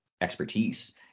expertise